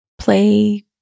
play